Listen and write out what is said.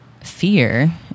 fear